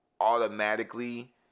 automatically